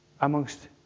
amongst